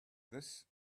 this